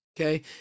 Okay